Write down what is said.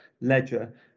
ledger